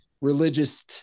religious